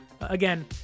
Again